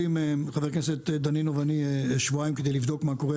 חבר הכנסת דנינו ואני סיכמנו שאנחנו מקבלים שבועיים כדי לבדוק מה קורה.